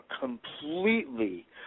completely